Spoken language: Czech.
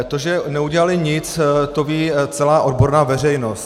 To, že neudělali nic, ví celá odborná veřejnost.